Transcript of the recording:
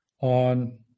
on